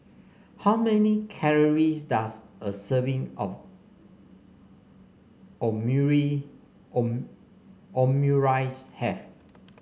how many calories does a serving of Omurice have